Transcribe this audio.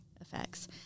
effects